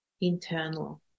internal